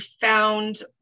found